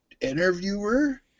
interviewer